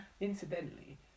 Incidentally